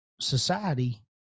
society